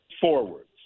forwards